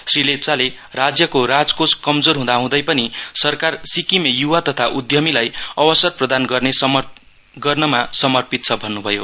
श्री लेप्चाले राज्यको राजकोष कमजोर हँदाहँदै पनि सरकार सिक्किममे युवा तथा उद्यमीलाई अवसर प्रदान गर्नमा समर्पित छ भन्नुभयो